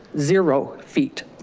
zero feet.